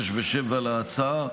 6 ו-7 להצעה,